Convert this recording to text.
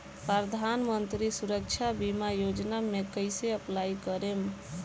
प्रधानमंत्री सुरक्षा बीमा योजना मे कैसे अप्लाई करेम?